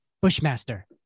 Bushmaster